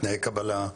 תנאי קבלה,